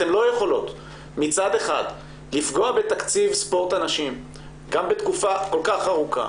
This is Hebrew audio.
אתן לא יכולות מצד אחד לפגוע בתקציב ספורט הנשים גם בתקופה כל כך ארוכה,